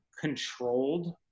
controlled